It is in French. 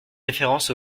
référence